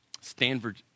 Stanford